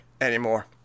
anymore